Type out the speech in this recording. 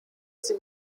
sie